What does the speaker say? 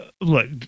look